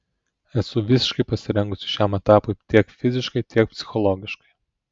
esu visiškai pasirengusi šiam etapui tiek fiziškai tiek psichologiškai